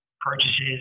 purchases